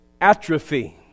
atrophy